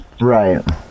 Right